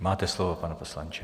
Máte slovo, pane poslanče.